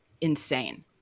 insane